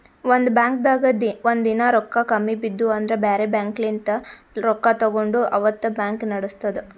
ಒಂದ್ ಬಾಂಕ್ದಾಗ್ ಒಂದಿನಾ ರೊಕ್ಕಾ ಕಮ್ಮಿ ಬಿದ್ದು ಅಂದ್ರ ಬ್ಯಾರೆ ಬ್ಯಾಂಕ್ಲಿನ್ತ್ ರೊಕ್ಕಾ ತಗೊಂಡ್ ಅವತ್ತ್ ಬ್ಯಾಂಕ್ ನಡಸ್ತದ್